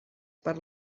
per